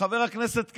חבר הכנסת קרעי,